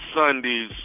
Sundays